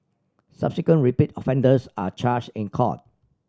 subsequent repeat offenders are charged in court